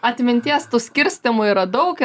atminties tų skirstymų yra daug